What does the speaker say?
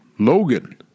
Logan